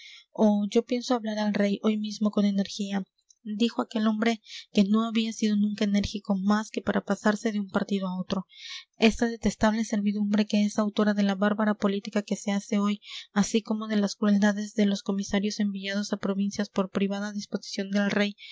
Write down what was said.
oh yo pienso hablar al rey hoy mismo con energía dijo aquel hombre que no había sido nunca enérgico más que para pasarse de un partido a otro esta detestable servidumbre que es autora de la bárbara política que se hace hoy así como de las crueldades de los comisarios enviados a provincias por privada disposición del rey